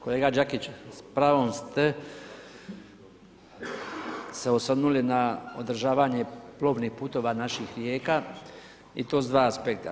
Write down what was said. Kolega Đakić, s pravom ste se osvrnuli na održavanje plovnih putova naših rijeka i to s dva aspekta.